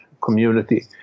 community